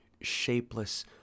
shapeless